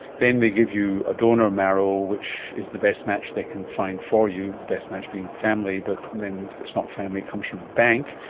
then they give you a donor marrow which is the best match they can find for you, the best match being family but then if it's not family it comes from a bank.